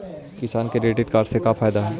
किसान credit card से का फायदा है?